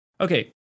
Okay